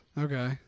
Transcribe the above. okay